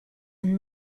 and